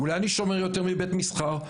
אולי אני שומר יותר מבית מסחר?